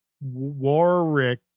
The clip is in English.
Warwick